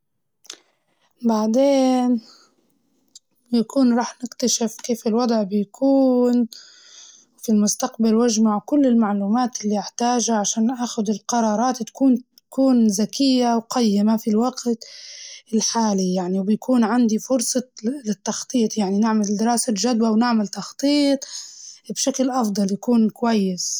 بعدين يكون راح نكتشف كيف الوضع بيكون في المستقبل وأجمع كل المعلومات اللي أحتاجها عشان آخد القرارات تكون تكون زكية وقيمة في الوقت الحالي يعني، وبيكون عندي فرصة ال- للتخطيط يعني دراسة جدوى ونعمل تخطيط بشكل أفضل يكون كويس.